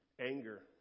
anger